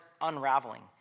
unraveling